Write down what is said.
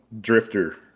drifter